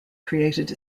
created